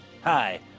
Hi